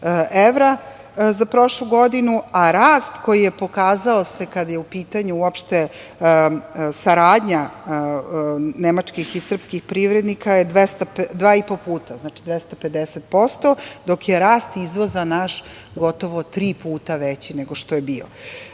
evra za prošlu godinu, a rast koji se pokazao kada je u pitanju uopšte saradnja nemačkih i srpskih privrednika je dva i po puta, znači 250%, dok je rast našeg izvoza gotovo tri puta veći nego što je